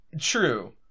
True